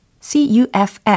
C-U-F-F